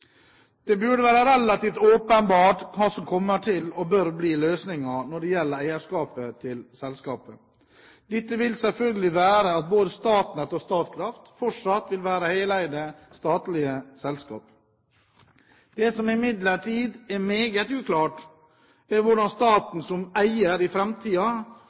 Det burde være relativt åpenbart hva som kommer til å bli og bør bli løsningen når det gjelder eierskapet til selskapene. Dette vil selvfølgelig være at både Statnett og Statkraft fortsatt vil være heleide statlige selskaper. Det som imidlertid er meget uklart, er hvordan staten som eier i